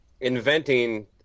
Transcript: inventing –